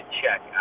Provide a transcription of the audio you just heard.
check